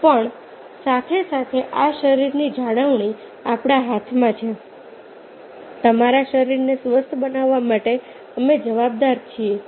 પણ સાથે સાથે આ શરીરની જાળવણી આપણા હાથમાં છે તમારા શરીરને સ્વસ્થ બનાવવા માટે અમે જવાબદાર છીએ